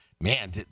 man